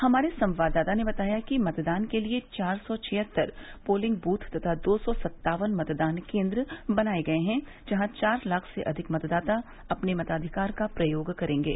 हमारे संवाददाता ने बताया है कि मतदान के लिए चार सौ छियत्तर पोलिंग बूथ तथा दो सौ सत्तावन मतदान केन्द्र बनाये गये हैं जहाँ चार लाख से अधिक मतदाता अपने मताधिकार का प्रयोग करेंगे